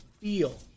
feel